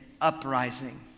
uprising